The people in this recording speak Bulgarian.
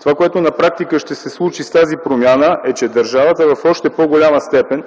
Това, което на практика ще се случи с тази промяна, е, че държавата в още по-голяма степен